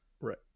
right